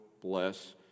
bless